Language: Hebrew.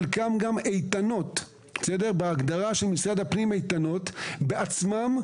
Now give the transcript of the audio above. וחלקן גם בהגדרת משרד הפנים איתנות - לא גובות בעצמן,